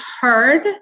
heard